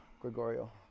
Gregorio